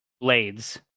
blades